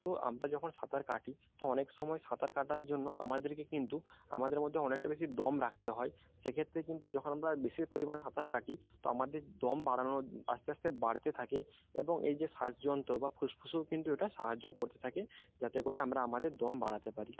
তো আমরা যখন সাঁতার কাটি তো অনেক সময় সাঁতার কাটার জন্য আমাদেরকে কিন্তু আমাদের মধ্যে অনেকটা বেশি দম রাখতে হয় সেক্ষেত্তে কিন্তু যখন আমরা বেশি পরিমাণ সাঁতার কাটি তো আমাদের দম বাড়ানোর আস্তে আস্তে বাড়তে থাকে এবং এই যে শ্বাসযন্ত্র বা ফুসফুসেও কিন্তু এটা সাহায্য করতে থাকে যাতে করে আমরা আমাদের দম বাড়াতে পারি